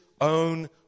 own